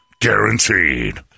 guaranteed